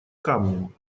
камнем